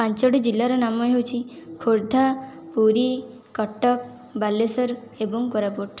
ପାଞ୍ଚୋଟି ଜିଲ୍ଲାର ନାମ ହେଉଛି ଖୋର୍ଦ୍ଧା ପୁରୀ କଟକ ବାଲେଶ୍ୱର ଏବଂ କୋରାପୁଟ